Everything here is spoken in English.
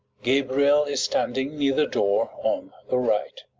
gabriel is standing near the door on the right.